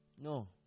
No